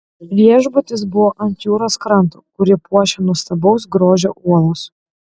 viešbutis buvo ant jūros kranto kurį puošia nuostabaus grožio uolos